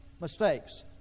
mistakes